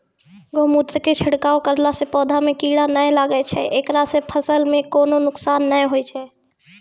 गोमुत्र के छिड़काव करला से पौधा मे कीड़ा नैय लागै छै ऐकरा से फसल मे कोनो नुकसान नैय होय छै?